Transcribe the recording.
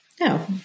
No